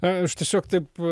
aš tiesiog taip